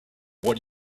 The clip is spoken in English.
what